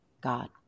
god